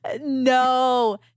no